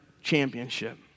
championship